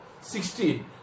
sixteen